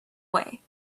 way